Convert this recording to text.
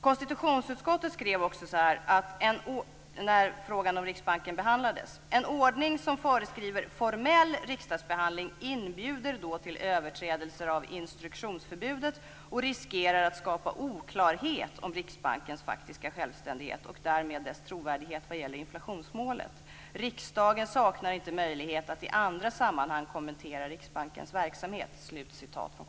Konstitutionsutskottet skrev så här när frågan om Riksbanken behandlades: "En ordning som föreskriver formell riksdagsbehandling inbjuder då till överträdelser av instruktionsförbudet och riskerar att skapa oklarhet om Riksbankens faktiska självständighet och därmed dess trovärdighet när det gäller inflationsmålet. - Riksdagen saknar inte möjligheter att i andra sammanhang kommentera Riksbankens verksamhet."